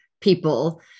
people